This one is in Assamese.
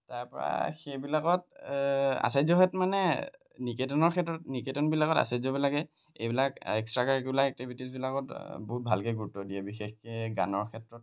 তাৰপৰা সেইবিলাকত আশ্চাৰ্যহঁত মানে নিকেতনৰ ক্ষেত্ৰত নিকেতনবিলাকত আশ্চাৰ্যবিলাকে এইবিলাক এক্সট্ৰা কাৰিকুলাৰ এক্টিভিটিছবিলাকত বহুত ভালকৈ গুৰুত্ব দিয়ে বিশেষকৈ গানৰ ক্ষেত্ৰত